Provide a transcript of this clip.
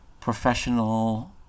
professional